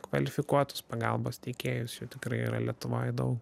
kvalifikuotus pagalbos teikėjusčia jau tikrai yra lietuvoj daug